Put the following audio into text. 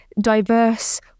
diverse